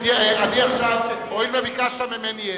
האופוזיציה, הואיל וביקשת ממני עדות,